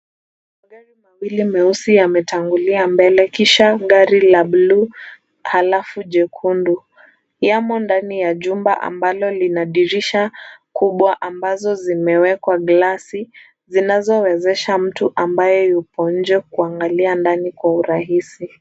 Magari mawili meusi yametangulia mbele kisha gari la buluu alafu jekundu. Yamo ndani ya jumba ambalo lina dirisha kubwa ambazo zimewekwa glasi zinazo wezesha mtu ambaye yuko nje kuangalia ndani kwa urahisi.